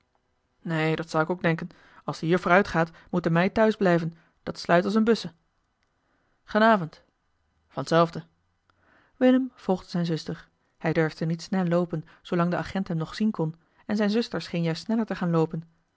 neen dat zou k ook denken as de juffer uit gaat moet de meid thuis blijven dat sluit as een busse genâvond van t zelfde willem volgde zijne zuster hij durfde niet snel loopen zoolang de agent hem nog zien kon en zijne zuster scheen juist sneller te gaan loopen